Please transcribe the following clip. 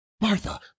martha